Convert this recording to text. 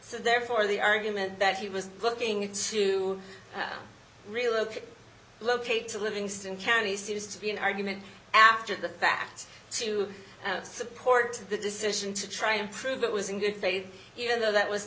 so therefore the argument that he was looking to relocate located to livingston county seems to be an argument after the fact to support the decision to try and prove it was in good faith even though that was